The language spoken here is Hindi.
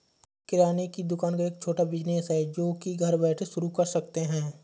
किराने की दुकान एक छोटा बिज़नेस है जो की घर बैठे शुरू कर सकते है